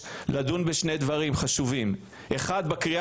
אבל הפתיחה